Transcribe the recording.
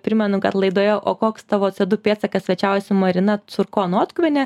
primenu kad laidoje o koks tavo c o du pėdsakas svečiavosi marina curkonotkuvienė